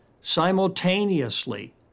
simultaneously